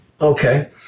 Okay